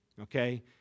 okay